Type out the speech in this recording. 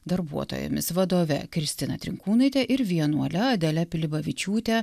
darbuotojomis vadove kristina trinkūnaite ir vienuole adele pilibavičiūte